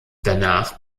danach